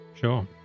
Sure